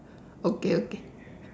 okay okay